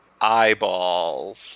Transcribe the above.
eyeballs